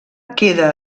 queda